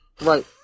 Right